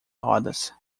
rodas